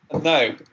No